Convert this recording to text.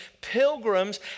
pilgrims